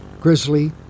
grizzly